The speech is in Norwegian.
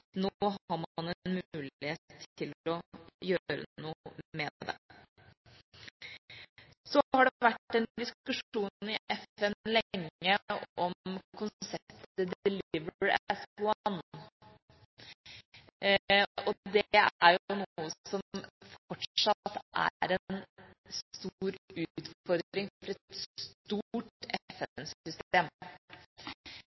gjøre noe med det. Så har det lenge vært en diskusjon i FN om konseptet «Deliver as One», og dette er fortsatt en stor utfordring for et stort FN-system. FN har noen deler som